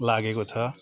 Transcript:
लागेको छ